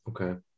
Okay